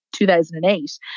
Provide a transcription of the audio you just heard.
2008